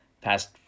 past